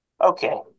Okay